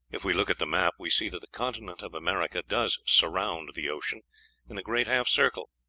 if we look at the map, we see that the continent of america does surround the ocean in a great half-circle.